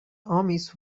armies